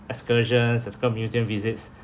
excursion so-called museum visits